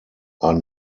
are